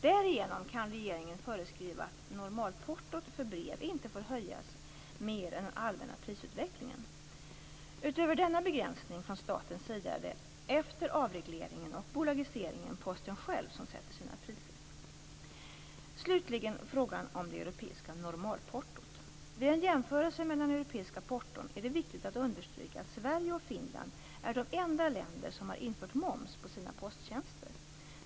Därigenom kan regeringen föreskriva att normalportot för brev inte får höjas mer än den allmänna prisutvecklingen. Utöver denna begränsning från statens sida är det efter avregleringen och bolagiseringen Posten själv som sätter sina priser. Slutligen frågan om det europeiska normalportot. Vid en jämförelse mellan europeiska porton är det viktigt att understryka att Sverige och Finland är de enda länder som har infört moms på sina posttjänster.